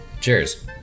Cheers